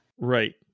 Right